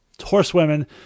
Horsewomen